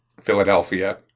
Philadelphia